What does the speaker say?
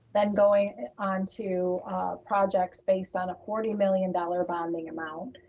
then going onto projects based on a forty million dollars bonding amount.